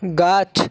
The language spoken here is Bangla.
গাছ